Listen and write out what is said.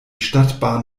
stadtbahn